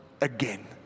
again